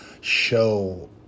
show